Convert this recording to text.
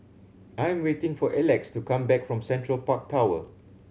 I am waiting for Elex to come back from Central Park Tower